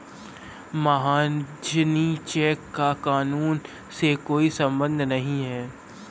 महाजनी चेक का कानून से कोई संबंध नहीं है